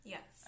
Yes